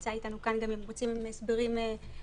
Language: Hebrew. שנמצא איתנו כאן אם אתם רוצים הסברים יותר